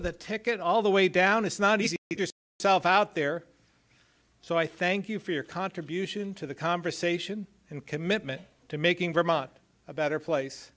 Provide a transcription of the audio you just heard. of the ticket all the way down it's not easy to just tell about their so i thank you for your contribution to the conversation and commitment to making vermont a better place